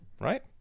right